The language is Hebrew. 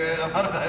לענות לך.